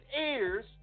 ears